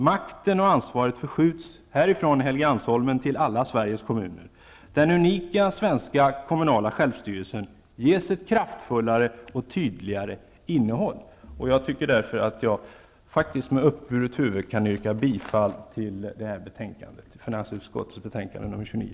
Makten och ansvaret förskjuts från Helgeandsholmen till alla Sveriges kommuner. Den unika svenska kommunala självstyrelsen ges ett kraftfullare och tydligare innehåll. Jag tycker därför faktiskt att jag med uppburet huvud kan yrka bifall till finansutskottets hemställan i utskottets betänkande nr 29.